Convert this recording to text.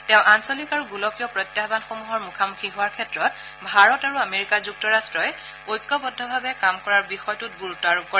তেওঁ আঞ্চলিক আৰু গোলকীয় প্ৰত্যাহানসমূহৰ মুখামুখি হোৱাৰ ক্ষেত্ৰত ভাৰত আৰু আমেৰিকা যুক্তৰাট্টই ঐক্যবদ্ধভাৱে কাম কৰাৰ বিষয়টোত গুৰুতৃ আৰোপ কৰে